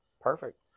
perfect